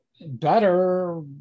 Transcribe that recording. better